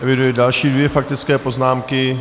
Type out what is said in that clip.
Eviduji dvě další faktické poznámky.